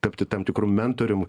tapti tam tikru mentorium